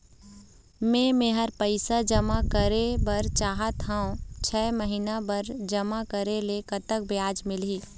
मे मेहर पैसा जमा करें बर चाहत हाव, छह महिना बर जमा करे ले कतक ब्याज मिलही?